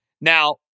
Now